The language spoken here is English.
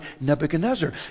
Nebuchadnezzar